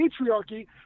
patriarchy